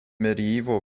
medieval